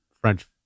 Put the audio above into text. French